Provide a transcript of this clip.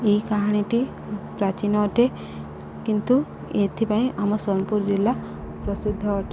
ଏହି କାହାଣୀଟି ପ୍ରାଚୀନ ଅଟେ କିନ୍ତୁ ଏଥିପାଇଁ ଆମ ସୋନପୁର ଜିଲ୍ଲା ପ୍ରସିଦ୍ଧ ଅଟେ